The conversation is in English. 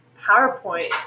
PowerPoint